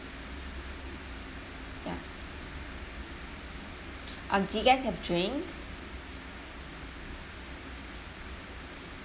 ya uh do you guys have drinks